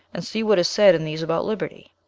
and see what is said in these about liberty.